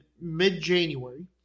mid-January